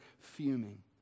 fuming